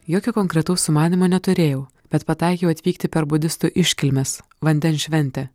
jokio konkretaus sumanymo neturėjau bet pataikiau atvykti per budistų iškilmes vandens šventę